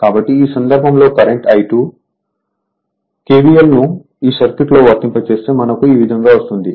కాబట్టి ఈ సందర్భంలో కరెంట్ I2 KVL ను ఈ సర్క్యూట్ లో వర్తింపచేస్తే మనకు ఈ విదంగా వస్తుంది